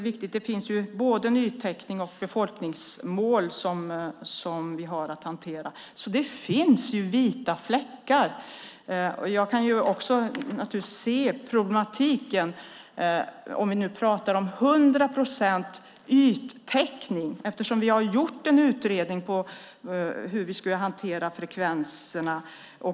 Vi har både nytäckning och befolkningsmål att hantera. Det finns vita fläckar. Jag kan se problematiken. Vi har gjort en utredning om hur vi ska hantera frekvenserna.